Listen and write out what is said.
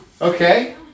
okay